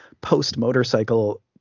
post-motorcycle